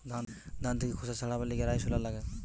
ধান থেকে খোসা ছাড়াবার লিগে রাইস হুলার লাগে